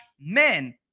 men